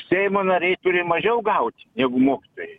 seimo nariai turi mažiau gaut negu mokytojai